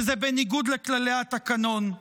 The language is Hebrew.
שזה בניגוד לכללי התקנון,